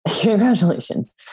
Congratulations